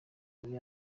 muri